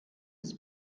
des